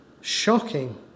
shocking